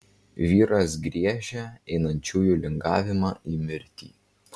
vyras griežia einančiųjų lingavimą į mirtį